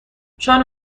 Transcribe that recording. چون